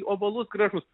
ovalus gražus